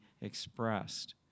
expressed